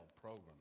program